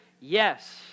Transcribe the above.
yes